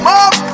up